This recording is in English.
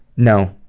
no.